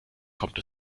kommt